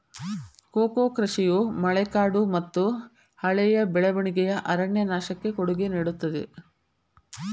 cocoa ಕೃಷಿಯು ಮಳೆಕಾಡುಮತ್ತುಹಳೆಯ ಬೆಳವಣಿಗೆಯ ಅರಣ್ಯನಾಶಕ್ಕೆ ಕೊಡುಗೆ ನೇಡುತ್ತದೆ